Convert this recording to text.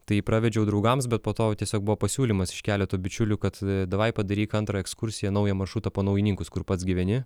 tai pravedžiau draugams bet po to tiesiog buvo pasiūlymas iš keleto bičiulių kad davai padaryk antrą ekskursiją naują maršrutą po naujininkus kur pats gyveni